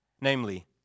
namely